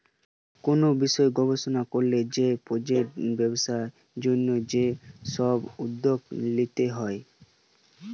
কুনু বিষয় গবেষণা কোরে যদি প্রজেক্ট ব্যবসার জন্যে যে সব উদ্যোগ লিতে হচ্ছে